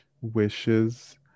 wishes